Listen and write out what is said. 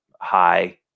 high